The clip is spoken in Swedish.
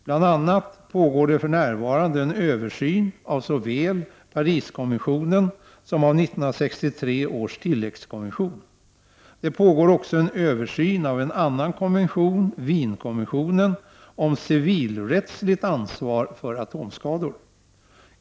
Bl.a. pågår för närvarande en översyn av såväl Pariskonventionen som av 1963 års tilläggskonvention. Det pågår också en översyn av en annan konvention, Wienkonventionen, om civilrättsligt ansvar för atomskador.